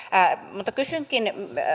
mutta kysynkin